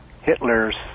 Hitler's